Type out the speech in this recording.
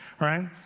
right